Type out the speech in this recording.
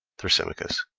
thrasymachos.